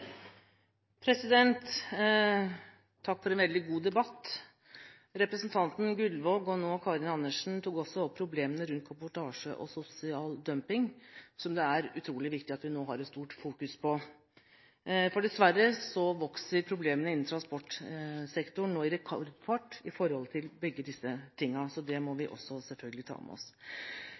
Takk for en veldig god debatt. Representanten Steinar Gullvåg, og nå Karin Andersen, tok også opp problemene rundt kabotasje og sosial dumping som det er utrolig viktig at vi nå har et stort fokus på. Dessverre vokser problemene innen transportsektoren i rekordfart med tanke på dette – det må vi selvfølgelig også ta med oss.